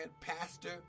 pastor